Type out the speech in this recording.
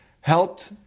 helped